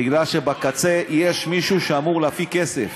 מפני שבקצה יש מישהו שאמור להפיק כסף.